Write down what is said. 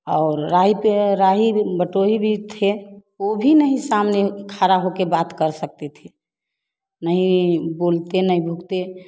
और राही पै राही बटोही भी थे ओ भी नहीं सामने खाड़ा होकर बात कर सकती थी नहीं बोलते नहीं भुकते